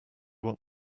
what